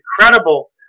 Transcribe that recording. incredible